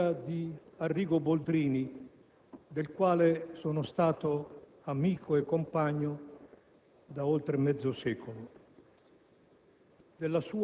sulla figura di Arrigo Boldrini, del quale sono stato amico e compagno per oltre mezzo secolo.